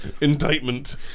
indictment